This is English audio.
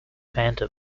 phantom